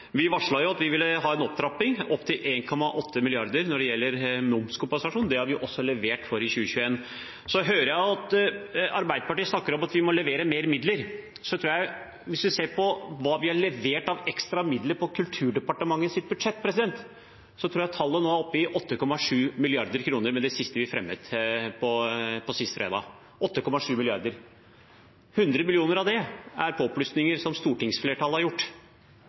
levert på i 2021. Så hører jeg Arbeiderpartiet snakke om at vi må levere mer midler, men hvis vi ser på hva vi har levert av ekstra midler på Kulturdepartementets budsjett, så tror jeg tallet nå er oppe i 8,7 mrd. kr med det siste vi fremmet, sist fredag. 100 millioner av det er påplussinger som stortingsflertallet har gjort.